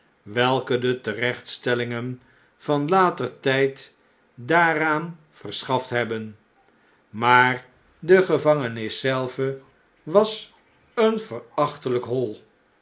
welke de terechtstellingen van later tjjd daaraan verschaft hebben maar de gevangenis zelve was een verachtelijk hoi